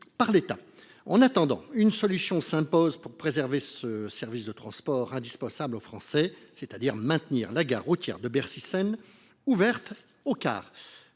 par l’État. En attendant, une solution s’impose pour préserver ce service de transport indispensable aux Français : maintenir la gare routière de Bercy Seine ouverte aux cars